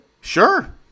Sure